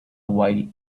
while